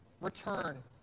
return